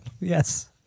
Yes